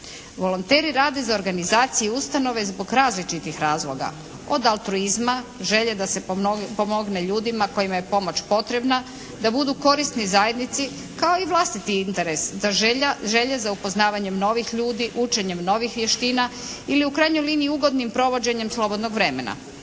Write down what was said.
Volonteri rade za organizacije i ustanove zbog različitih razloga, od altruizma, želje da se pomogne ljudima kojima je pomoć potrebna, da budu korisni zajednici kao i vlastiti interes da želja za upoznavanjem novih ljudi, učenjem novih vještina ili u krajnjoj liniji ugodnim provođenjem slobodnog vremena.